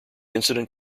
incident